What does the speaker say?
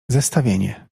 zestawienie